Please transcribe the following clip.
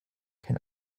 can